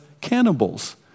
cannibals